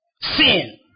sin